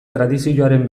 tradizioaren